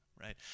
right